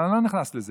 אבל אני לא נכנס לזה.